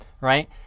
right